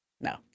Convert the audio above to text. No